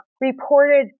reported